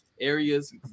areas